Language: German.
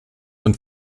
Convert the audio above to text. von